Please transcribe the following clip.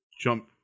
jump